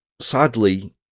sadly